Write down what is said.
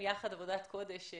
יחד עושים עבודת קודש.